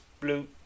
blue